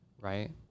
right